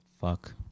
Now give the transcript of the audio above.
Fuck